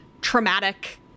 traumatic